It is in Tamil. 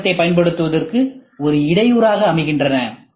சி இயந்திரத்தைப் பயன்படுத்துவதற்கு ஒரு இடையூறாக அமைகின்றன